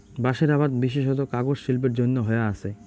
বাঁশের আবাদ বিশেষত কাগজ শিল্পের জইন্যে হয়া আচে